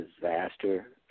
disaster